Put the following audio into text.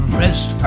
rest